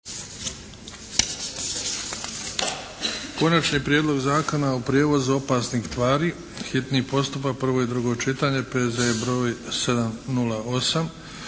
Konačni prijedlog zakona o prijevozu opasnih tvari, hitni postupak, prvo i drugo čitanje P.Z.E. br. 708